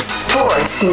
sports